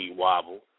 wobble